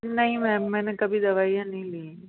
नहीं मैम मैंने कभी दवाइयाँ नहीं लीं